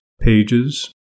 Pages